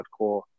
hardcore